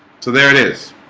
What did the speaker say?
so there it is